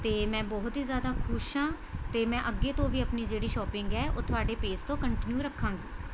ਅਤੇ ਮੈਂ ਬਹੁਤ ਹੀ ਜ਼ਿਆਦਾ ਖੁਸ਼ ਹਾਂ ਅਤੇ ਮੈਂ ਅੱਗੇ ਤੋਂ ਵੀ ਆਪਣੀ ਜਿਹੜੀ ਸ਼ੋਪਿੰਗ ਹੈ ਉਹ ਤੁਹਾਡੇ ਪੇਜ਼ ਤੋਂ ਕੰਟੀਨਿਊ ਰੱਖਾਂਗੀ